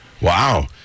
Wow